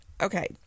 Okay